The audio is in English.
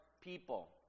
people